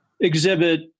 exhibit